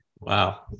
Wow